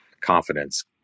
confidence